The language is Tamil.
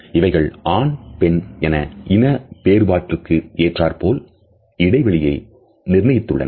இவைகள் ஆண் பெண் என இன வேறுபாட்டுக்கு ஏற்றார்போல இடைவெளியை நிர்ணயித்துள்ளனர்